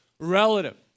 Relative